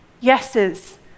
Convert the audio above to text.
yeses